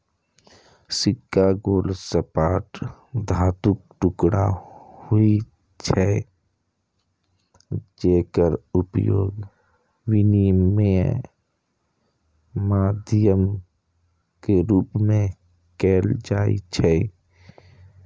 सिक्का गोल, सपाट धातुक टुकड़ा होइ छै, जेकर उपयोग विनिमय माध्यम के रूप मे कैल जाइ छै